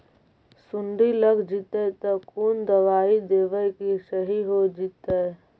सुंडी लग जितै त कोन दबाइ देबै कि सही हो जितै?